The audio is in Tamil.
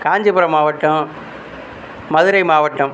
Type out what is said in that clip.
காஞ்சிபுரம் மாவட்டம் மதுரை மாவட்டம்